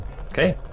Okay